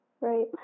right